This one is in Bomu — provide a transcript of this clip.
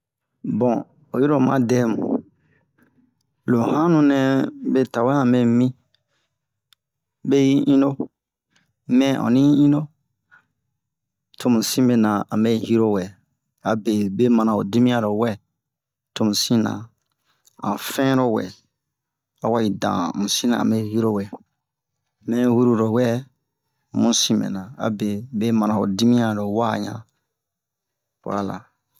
Bon oyi ro oma dɛmu lo hanu nɛ me tawɛ ame mi me yi inno mɛ onni yi inno tomu sin mɛna a mɛ yiro wɛ abe me mana ho dimiyan lo wɛ tomu sin na an fɛno wɛ awa yi dan mu sin na amɛ yiro wɛ mɛ yi huru lo wɛ omu sin mɛna abe me mana ho dimiyan lo wa yan wala